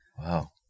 Wow